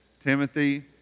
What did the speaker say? Timothy